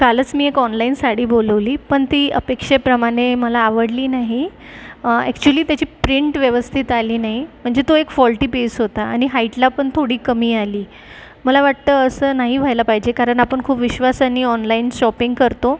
कालच मी एक ऑनलाइन साडी बोलवली पण ती अपेक्षेप्रमाणे मला आवडली नाही ॲक्चुअली त्याची प्रिन्ट व्यवस्थित आली नाही म्हणजे तो एक फॉल्टी पीस होता आणि हाईटला पण थोडी कमी आली मला वाटतं असं नाही व्हायला पाहिजे कारण आपण खूप विश्वासानी ऑनलाइन शॉपिंग करतो